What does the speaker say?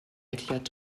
erklärt